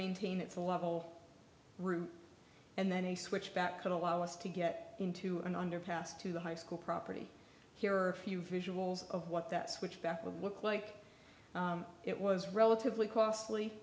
maintain its a level route and then a switch back could allow us to get into an underpass to the high school property here are a few visuals of what that switch back will look like it was relatively costly